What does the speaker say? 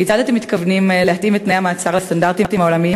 כיצד אתם מתכוונים להתאים את תנאי המעצר לסטנדרטים העולמיים?